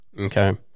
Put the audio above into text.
Okay